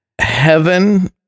heaven